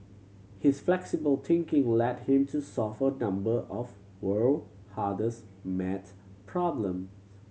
his flexible thinking led him to solve a number of world hardest math problem